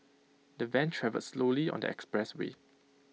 the van travelled slowly on the expressway